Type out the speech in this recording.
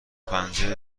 پنجه